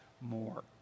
more